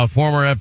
former